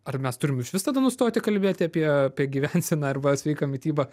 ar mes turim išvis tada nustoti kalbėti apie apie gyvenseną arba sveiką mitybą